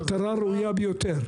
מטרה ראויה ביותר.